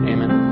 Amen